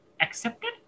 accepted